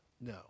no